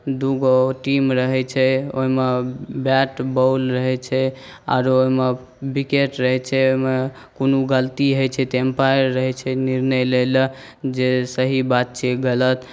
दू गो टीम रहै छै ओहिमे बैट बौल रहै छै आरो एहिमे बिकेट रहै छै ओहिमे कोनो गलती होइ छै तऽ एमपायर रहै छै निर्णय लै लए जे सही बात छियै गलत